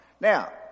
Now